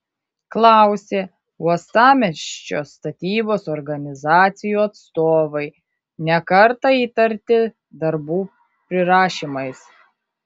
klausė uostamiesčio statybos organizacijų atstovai ne kartą įtarti darbų prirašymais